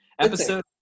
Episode